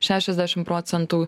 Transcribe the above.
šešiasdešim procentų